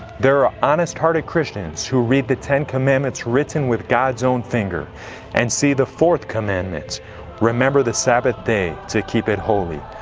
there are honest-hearted christians who read the ten commandments written with god's own finger and see the fourth commandment remember the sabbath day, to keep it holy.